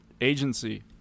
agency